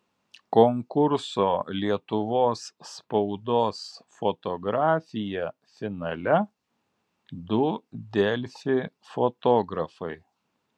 konkurso lietuvos spaudos fotografija finale du delfi fotografai